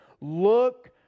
Look